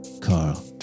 Carl